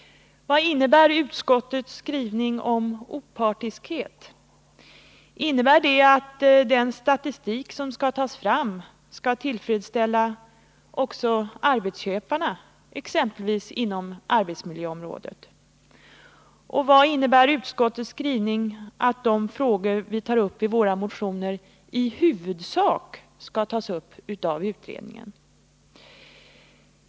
Vad innebär vidare utskottets skrivning om ”opartiskhet”? Innebär den skrivningen att den statistik som skall tas fram skall tillfredsställa också arbetsköparna, exempelvis inom arbetsmiljöområdet? Och vad innebär utskottets skrivning att de frågor vi tar upp i våra motioner ”i huvudsak” skall tas upp av utredningen?